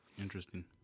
Interesting